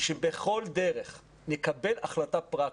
שבכל דרך יקבל החלטה פרקטית.